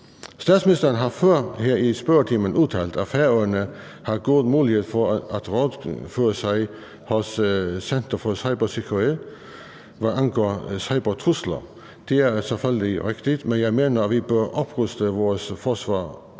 Statsministeren har før her i spørgetimen udtalt, at Færøerne har gode muligheder for at rådføre sig med Center for Cybersikkerhed, hvad angår cybertrusler. Det er selvfølgelig rigtigt, men jeg mener, at vi bør opruste vores forsvar